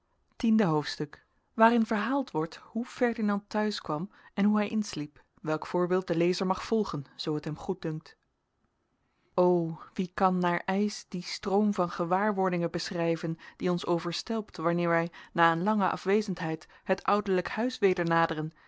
tiende hoofdstuk waarin verhaald wordt hoe ferdinand te huis kwam en hoe hij insliep welk voorbeeld de lezer mag volgen zoo het hem goeddunkt o wie kan naar eisch dien stroom van gewaarwordingen beschrijven die ons overstelpt wanneer wij na een lange afwezendheid het ouderlijk huis weder naderen